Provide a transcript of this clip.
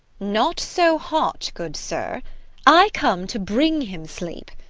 not so hot, good sir i come to bring him sleep.